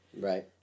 Right